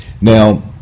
Now